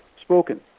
spoken